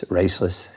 raceless